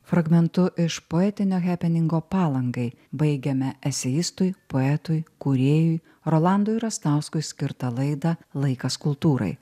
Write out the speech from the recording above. fragmentu iš poetinio hepeningo palangai baigiame eseistui poetui kūrėjui rolandui rastauskui skirtą laidą laikas kultūrai